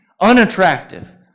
unattractive